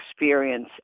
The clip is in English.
experience